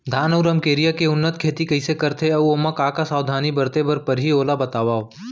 धान अऊ रमकेरिया के उन्नत खेती कइसे करथे अऊ ओमा का का सावधानी बरते बर परहि ओला बतावव?